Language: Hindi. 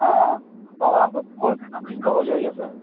हाँ और आपको फोन पर हो जाएगा सर